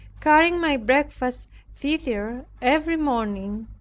carrying my breakfast thither every morning,